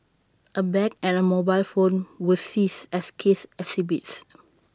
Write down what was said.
A bag and A mobile phone were seized as case exhibits